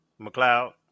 McLeod